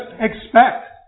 expect